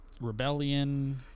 rebellion